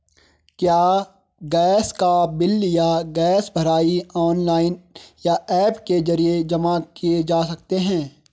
क्या गैस का बिल या गैस भराई ऑनलाइन या ऐप के जरिये जमा किये जा सकते हैं?